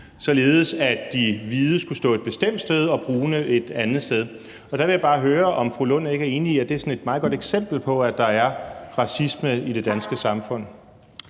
således at de hvide skulle stå et bestemt sted og de brune et andet sted. Der vil jeg bare høre, om fru Rosa Lund ikke er enig i, at det er sådan et meget godt eksempel på, at der er racisme i det danske samfund?